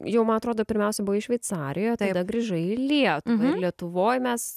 jau man atrodo pirmiausia buvai šveicarijoje tada grįžai į lietuvą ir lietuvoj mes